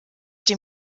dem